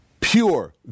pure